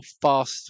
fast